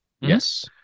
Yes